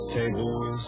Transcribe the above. tables